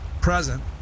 present